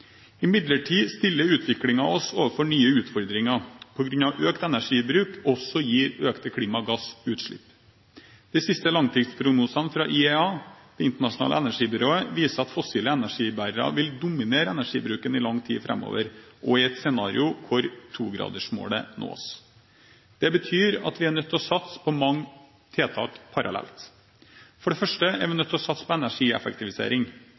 Imidlertid stiller utviklingen oss overfor nye utfordringer på grunn av at økt energibruk også gir økte klimagassutslipp. De siste langtidsprognosene fra IEA – Det internasjonale energibyrået – viser at fossile energibærere vil dominere energibruken i lang tid framover, og i et scenario hvor togradersmålet nås. Det betyr at vi er nødt til å satse på mange tiltak parallelt. For det første er vi nødt til å satse på energieffektivisering.